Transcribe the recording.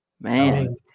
Man